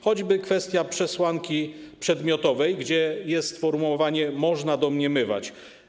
Choćby kwestia przesłanki przedmiotowej, gdzie jest sformułowanie: można domniemywać.